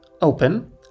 open